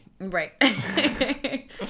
Right